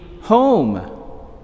home